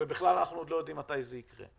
ובכלל אנחנו עוד לא יודעים מתי זה יקרה.